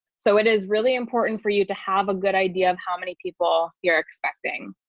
so it is really important for you to have a good idea of how many people you're expecting.